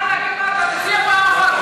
בוז'י, אתה מוכן לומר מה אתה מציע, פעם אחת?